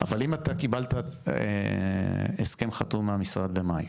אבל אם אתה קיבלת הסכם חתום מהמשרד במאי,